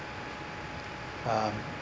um